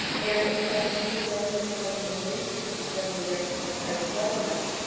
and that we have a unique government to government relationship with federally recognized tribal governments,